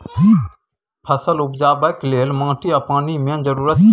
फसल उपजेबाक लेल माटि आ पानि मेन जरुरत छै